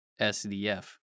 SDF